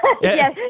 Yes